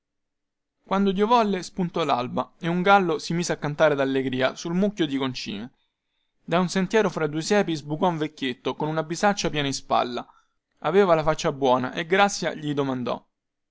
quando dio volle spuntò lalba e un gallo si mise a cantare dallegria sul mucchio di concime da un sentierolo fra due siepi sbucò un vecchietto con una bisaccia piena in spalla aveva la faccia buona e grazia gli domandò